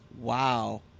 wow